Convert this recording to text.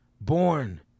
born